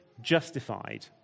justified